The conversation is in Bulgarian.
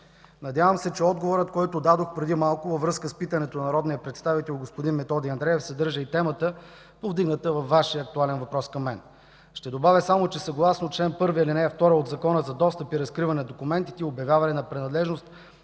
надявам се, че отговорът, който дадох преди малко във връзка са питането на народния представител господин Методи Андреев, съдържа и темата, повдигната във Вашия актуален въпрос към мен. Ще добавя само, че съгласно чл. 1, ал. 2 от Закона за достъп и разкриване на документите и обявяване на принадлежност